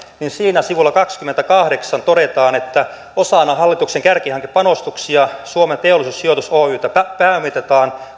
niin siinä sivulla kahteenkymmeneenkahdeksaan todetaan että osana hallituksen kärkihankepanostuksia suomen teollisuussijoitus oytä pääomitetaan